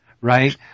right